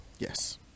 yes